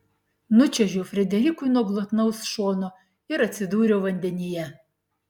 nučiuožiau frederikui nuo glotnaus šono ir atsidūriau vandenyje